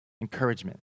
Encouragement